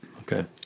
Okay